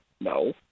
No